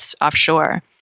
offshore